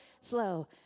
slow